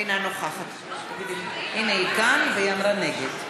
אינה נוכחת הנה, היא כאן והיא אמרה: נגד.